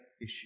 issue